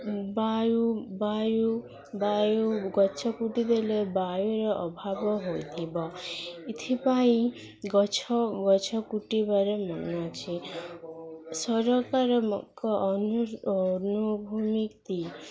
ବାୟୁ ବାୟୁ ବାୟୁ ଗଛ କୁଟି ଦେଲେ ବାୟୁର ଅଭାବ ହୋଇଥିବ ଏଥିପାଇଁ ଗଛ ଗଛ କୁଟିବାରେ ମନା ଅଛି ସରକାରଙ୍କ ଅନୁଭୂମିତି